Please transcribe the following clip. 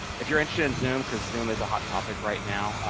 if you're interested in zoom, because zoom is a hot topic right now,